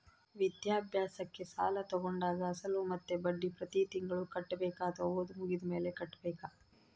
ವಿದ್ಯಾಭ್ಯಾಸಕ್ಕೆ ಸಾಲ ತೋಗೊಂಡಾಗ ಅಸಲು ಮತ್ತೆ ಬಡ್ಡಿ ಪ್ರತಿ ತಿಂಗಳು ಕಟ್ಟಬೇಕಾ ಅಥವಾ ಓದು ಮುಗಿದ ಮೇಲೆ ಕಟ್ಟಬೇಕಾ?